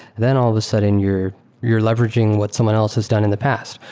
then all of a sudden you're you're leveraging what someone else has done in the past,